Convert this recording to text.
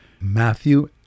Matthew